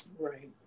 right